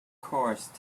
course